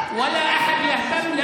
חברת הכנסת גוטליב.